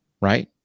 Right